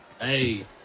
Hey